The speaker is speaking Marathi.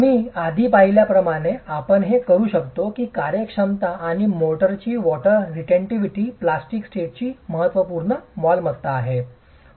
आम्ही आधी पाहिल्याप्रमाणे आपण हे करू शकतो की कार्यक्षमता आणि मोर्टारची वॉटर रेटेन्टीव्हिटी प्लास्टिक स्टेटची महत्त्वपूर्ण मालमत्ता आहे